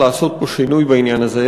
לעשות פה שינוי בעניין הזה,